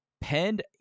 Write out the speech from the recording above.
penned